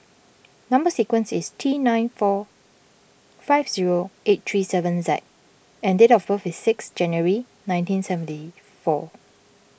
Number Sequence is T nine four five zero eight three seven Z and date of birth is six January nineteen seventy four